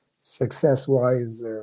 success-wise